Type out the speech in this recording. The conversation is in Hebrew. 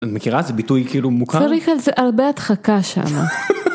את מכירה איזה ביטוי כאילו מוכר? צריך על זה... הרבה הדחקה שם.